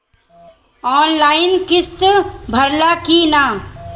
Online किस्त भराला कि ना?